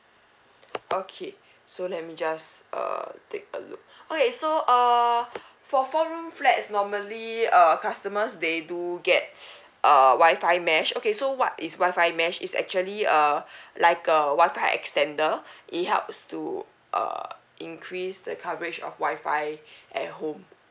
okay so let me just uh take a look okay so uh four four room flats normally uh customers they do get ah wi-fi mesh okay so what is wi-fi mesh is actually uh like a wi-fi extender it helps to uh increase the coverage of wi-fi at home